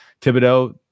Thibodeau